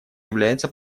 является